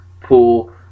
Pool